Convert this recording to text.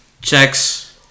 Checks